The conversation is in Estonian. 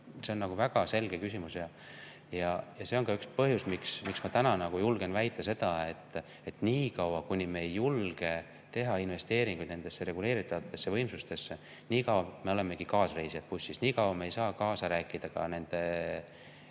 See on väga selge küsimus. See on ka üks põhjus, miks ma täna julgen väita seda, et nii kaua, kuni me ei julge teha investeeringuid nendesse reguleerivatesse võimsustesse, me olemegi kaasreisijad bussis. Nii kaua ei saa me kaasa rääkida ka nende